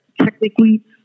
technically